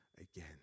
again